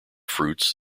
fruits